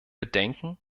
bedenken